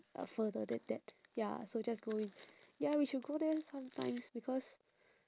uh further than that ya so just going ya we should go there sometimes because